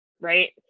Right